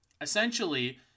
essentially